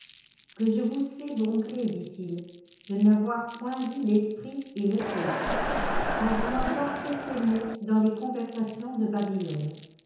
que je vous sais bon gré dit-il de n'avoir point dit l'esprit et le coeur car on n'entend que ces mots dans les conversations de babylone